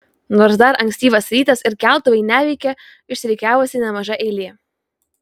nors dar ankstyvas rytas ir keltuvai neveikia išsirikiavusi nemaža eilė